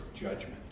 judgment